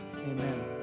Amen